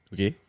Okay